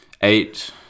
eight